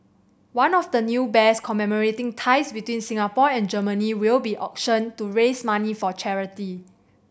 one of the new bears commemorating ties between Singapore and Germany will be auctioned to raise money for charity